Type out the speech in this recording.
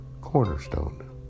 cornerstone